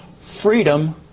freedom